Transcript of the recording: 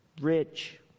rich